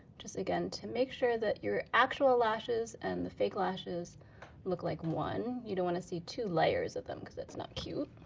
just again to make sure that your actual lashes and the fake lashes look like one. you don't want to see two layers them, because that's not cute.